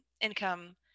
income